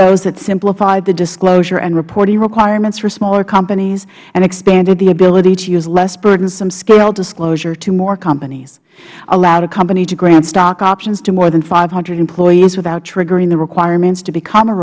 those that simplified the disclosure and reporting requirements for smaller companies and expanded the ability to use less burdensome scale disclosure to more companies allowed a company to grant stock options to more than five hundred employees without triggering the requirements to become a